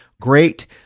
Great